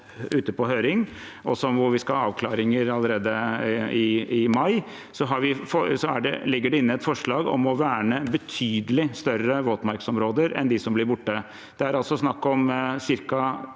hvor vi skal ha avklaringer allerede i mai, ligger det inne et forslag om å verne betydelig større våtmarksområder enn de som blir borte. Det er snakk om ca.